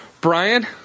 Brian